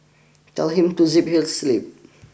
tell him to zip his lip